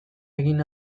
egin